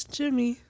Jimmy